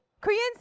Koreans